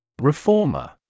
Reformer